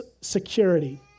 security